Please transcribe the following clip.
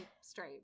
Straight